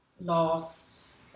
lost